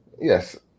Yes